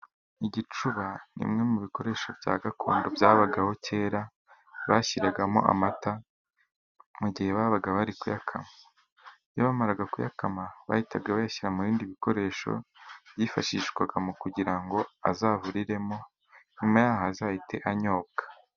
Igicuba ni kimwe mu bikoresho bya gakondo byabagaho kera, bashyiragamo amata mu gihe babaga bari kuyakama. Iyo bamaraga kuyakama bahitaga bayashyira mu bindi bikoresho byifashishwaga mu kugira ngo azavuriremo, nyuma yaho azahite anyobwa.